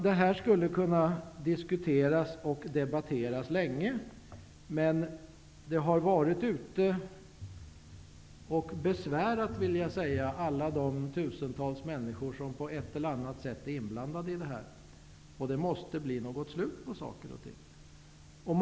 Den här frågan skulle kunna diskuteras och debatteras länge, men ärendet har besvärat, skulle jag vilja säga, alla de tusentals människor som på ett eller annat sätt är inblandade, och det måste bli slut på saker och ting.